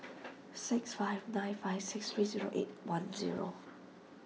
six five nine five six three zero eight one zero